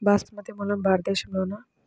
బాస్మతి మూలం భారతదేశంలోనా?